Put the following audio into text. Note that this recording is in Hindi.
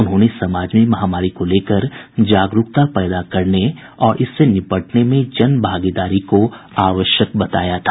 उन्होंने समाज में महामारी को लेकर जागरूकता पैदा करने और इससे निपटने में जनभागीदारी को आवश्यक बताया था